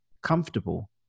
comfortable